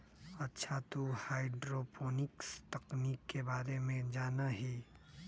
अच्छा तू हाईड्रोपोनिक्स तकनीक के बारे में जाना हीं?